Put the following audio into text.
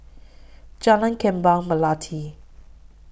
Jalan Kembang Melati